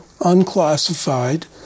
unclassified